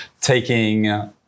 taking